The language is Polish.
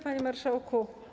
Panie Marszałku!